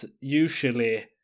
usually